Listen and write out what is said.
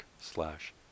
slash